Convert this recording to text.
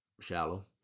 Shallow